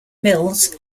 mills